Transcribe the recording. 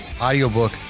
audiobook